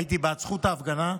הייתי בעד זכות ההפגנה,